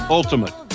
ultimate